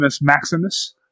Maximus